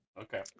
Okay